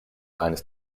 eines